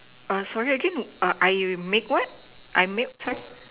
err sorry again I make what I make